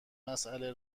مساله